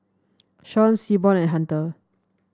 Shawn Seaborn and Hunter